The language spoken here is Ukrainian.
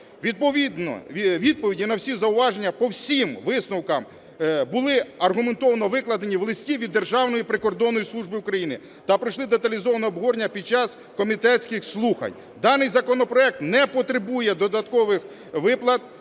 Відповіді на всі зауваження по всім висновкам були аргументовано викладені в листі від Державної прикордонної служби України та пройшли деталізоване обговорення під час комітетських слухань. Даний законопроект не потребує додаткових виплат,